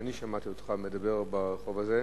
אני שמעתי אותך מדבר ברחוב הזה.